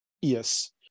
Yes